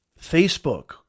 Facebook